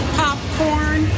popcorn